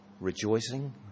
Rejoicing